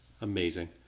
Amazing